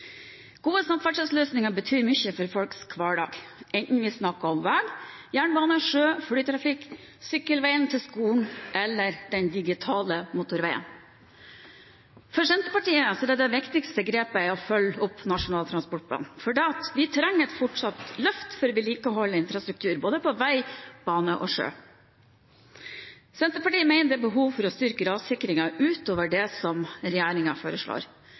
Gode samferdselsløsninger betyr mye for folks hverdag, enten vi snakker om vei, jernbane, sjø, flytrafikk, sykkelveien til skolen eller den digitale motorveien. For Senterpartiet er det viktigste grepet å følge opp Nasjonal transportplan, for vi trenger et fortsatt løft i vedlikeholdet av infrastruktur på både vei, bane og sjø. Senterpartiet mener det er behov for å styrke rassikringen utover det regjeringen foreslår.